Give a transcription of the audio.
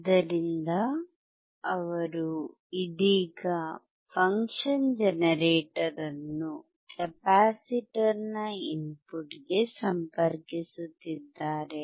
ಆದ್ದರಿಂದ ಅವರು ಇದೀಗ ಫಂಕ್ಷನ್ ಜನರೇಟರ್ ಅನ್ನು ಕೆಪಾಸಿಟರ್ನ ಇನ್ಪುಟ್ಗೆ ಸಂಪರ್ಕಿಸುತ್ತಿದ್ದಾರೆ